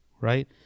right